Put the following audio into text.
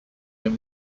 him